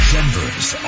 Denver's